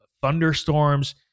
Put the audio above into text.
thunderstorms